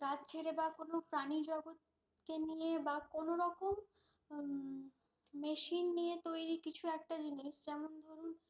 গাছ ছেড়ে বা কোনো প্রাণীজগৎকে নিয়ে বা কোন রকম মেশিন নিয়ে তৈরি কিছু একটা জিনিস যেমন ধরুন